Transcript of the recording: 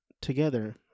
together